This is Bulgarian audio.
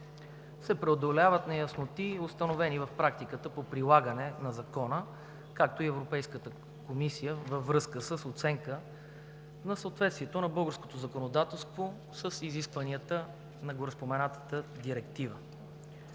се преодоляват неясноти, установени в практиката по прилагане на Закона, както и в Европейската комисия във връзка с оценка на съответствието на българското законодателство с изискванията на гореспоменатата Директива.